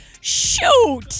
shoot